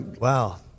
Wow